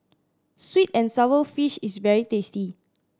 sweet and sour fish is very tasty